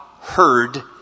heard